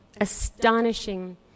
astonishing